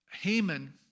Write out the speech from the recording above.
Haman